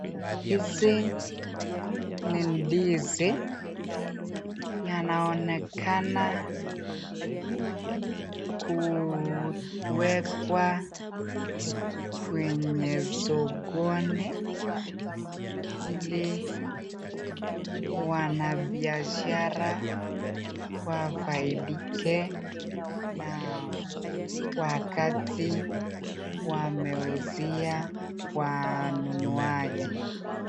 Hizi ni ndizi, yanaonekana kuwekwa kwenye sokoni ili wanabiashara wafaidike nao wakati wameuzia wanunuaji.